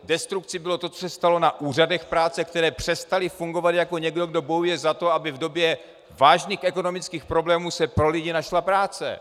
Destrukcí bylo to, co se stalo na úřadech práce, které přestaly fungovat jako někdo, kdo bojuje za to, aby v době vážných ekonomických problémů se pro lidi našla práce.